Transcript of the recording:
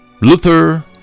Luther